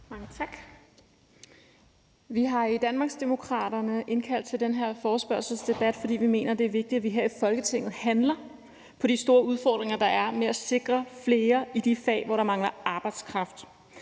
Mange tak. Vi har i Danmarksdemokraterne indkaldt til den her forespørgselsdebat, fordi vi mener, det er vigtigt, at vi her i Folketinget handler på de store udfordringer, der er med at sikre flere i de fag, hvor der mangler arbejdskraft.